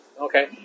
okay